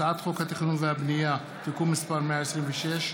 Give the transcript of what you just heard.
הצעת חוק התכנון והבנייה (תיקון מס' 126),